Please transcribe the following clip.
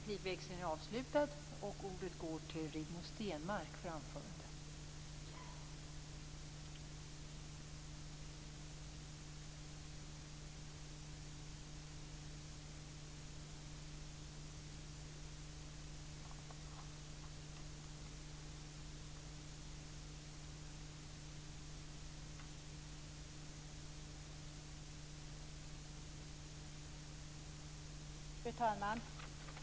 Fru talman!